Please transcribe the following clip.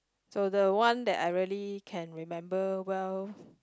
so the one that I really can remember well